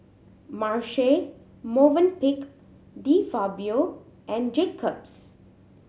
Marche Movenpick De Fabio and Jacob's